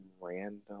random